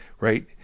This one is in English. right